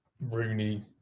Rooney